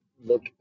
look